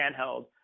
handheld